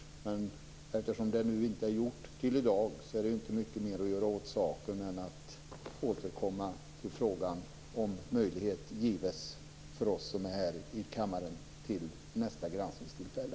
Men eftersom det inte är gjort till i dag är det inte mycket mer att göra åt saken än att återkomma till frågan om möjlighet ges för oss som är här i kammaren vid nästa granskningstillfälle.